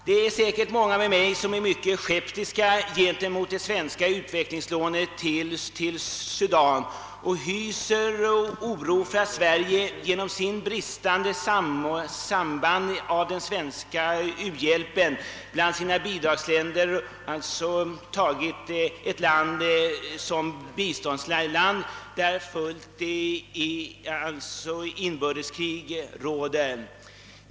Det är säkert många med mig som är mycket skeptiska gentemot det svenska utvecklingslånet till Sudan och hyser oro för att Sverige genom bristande samordning av u-hjälpen bland sina bidragsländer har upptagit ett land, där fullt inbördeskrig råder.